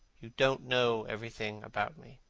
you don't know everything about me.